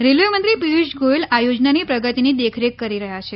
railway મંત્રી પીયુષ ગોયલ આ યોજનાની પ્રગતિની દેખરેખ કરી રહયાં છે